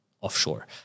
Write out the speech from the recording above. offshore